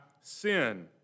sin